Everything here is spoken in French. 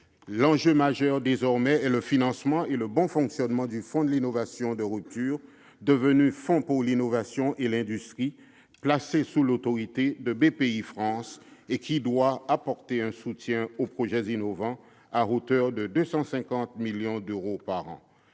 L'enjeu majeur est désormais le financement et le bon fonctionnement du fonds pour l'innovation de rupture, devenu fonds pour l'innovation et l'industrie. Placé sous l'autorité de Bpifrance, il doit apporter un soutien aux projets innovants, à hauteur de 250 millions d'euros par an.